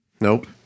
Nope